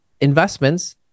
investments